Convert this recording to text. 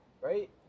right